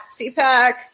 CPAC